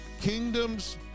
Kingdoms